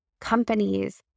companies